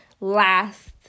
last